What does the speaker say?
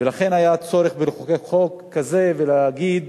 ולכן היה צורך לחוקק חוק כזה ולהגיד